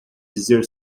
dizer